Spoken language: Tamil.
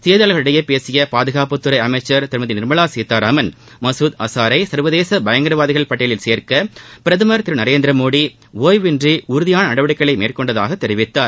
செய்தியாளர்களிடையே பேசிய பாதுகாப்புத்துறை அமைச்சர் திருமதி நீர்மலா சீத்தாராமன் மசூத் அசாரை சர்வதேச பயங்கரவாதிகள் பட்டியலில் சேர்க்க பிரதமர் திரு நரேந்திரமோடி ஒய்வின்றி உறுதியான நடவடிக்கைகளை மேற்கொண்டதாக தெரிவித்தார்